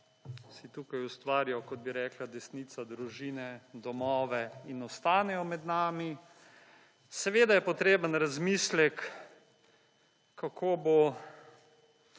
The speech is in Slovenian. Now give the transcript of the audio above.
si tukaj ustvarijo kot bi rekla desnica družine, domove in ostanejo med nami seveda je potreben razmislek kako bo